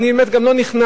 אני באמת גם לא נכנס,